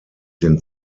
den